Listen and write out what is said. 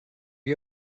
you